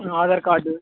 Aadhaar card